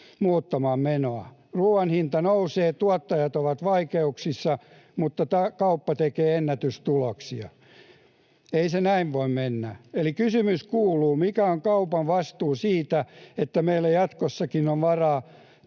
muuttamaan menoa. Ruuan hinta nousee, tuottajat ovat vaikeuksissa, mutta kauppa tekee ennätystuloksia. Ei se näin voi mennä. Eli kysymys kuuluu, mikä on kaupan vastuu siitä, että meillä jatkossakin on varaa